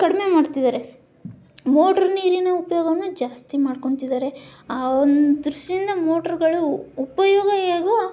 ಕಡಿಮೆ ಮಾಡ್ತಿದ್ದಾರೆ ಮೋಟ್ರ್ ನೀರಿನ ಉಪಯೋಗವನ್ನು ಜಾಸ್ತಿ ಮಾಡ್ಕೊಳ್ತಿದ್ದಾರೆ ಆ ಒಂದು ದೃಷ್ಟಿಂದ ಮೋಟ್ರುಗಳು ಉಪಯೋಗ ಹೇಗೋ